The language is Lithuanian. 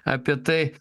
apie tai